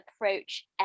approach